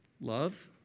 Love